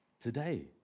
Today